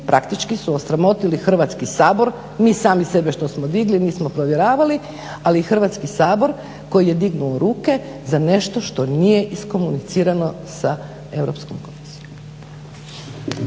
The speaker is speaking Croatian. praktički su osramotili Hrvatski sabor, mi sami sebe što smo digli, nismo provjeravali, ali i Hrvatski Sabor koji je dignuo ruke za nešto što nije iskomunicirano sa Europskom komisijom.